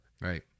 Right